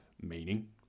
meaning